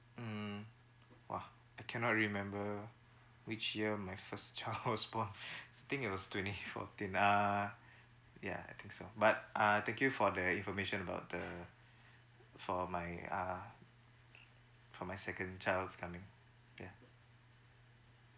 mm !wah! I cannot remember which year my first child was born for I think it was twenty fourteen uh yeah I think so but uh thank you for the information about the for my uh for my second child's coming yeah